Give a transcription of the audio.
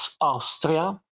austria